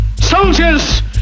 Soldiers